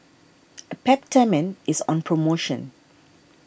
a Peptamen is on promotion